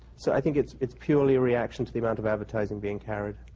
so i think it's it's purely a reaction to the amount of advertising being carried.